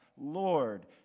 Lord